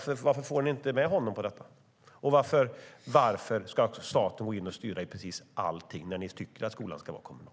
Varför får ni inte med honom på detta? Och varför ska staten gå in och styra precis allting när ni tycker att skolan ska vara kommunal?